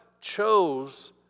chose